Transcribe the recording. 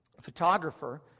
photographer